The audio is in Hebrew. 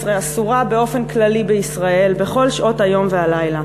לנערים מתחת לגיל 18 אסורה באופן כללי בישראל בכל שעות היום והלילה.